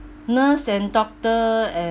nurse and doctor and